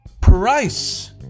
Price